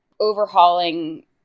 overhauling